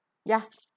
ya